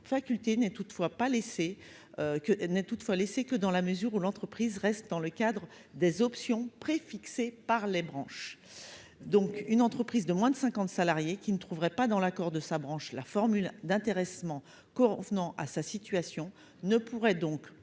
faculté n'est toutefois laissée que dans la mesure où l'entreprise reste dans le cadre des options préfixées par les branches. Une entreprise de moins de cinquante salariés qui ne trouverait pas dans l'accord de sa branche la formule d'intéressement convenant à sa situation ne pourrait donc